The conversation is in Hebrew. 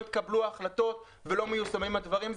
התקבלו ההחלטות ולא מיושמים הדברים.